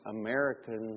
American